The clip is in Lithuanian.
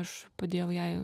aš padėjau jai